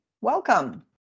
welcome